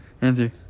answer